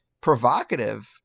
provocative